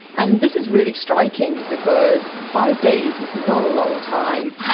and this is really striking because five days is not a long time.